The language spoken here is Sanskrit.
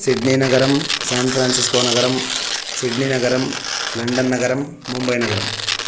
सिड्नी नगरं सान्फ़्रान्सिस्को नगरं सिड्नी नगरं लण्डन् नगरं मुम्बैनगरम्